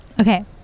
Okay